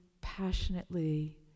passionately